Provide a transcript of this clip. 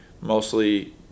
Mostly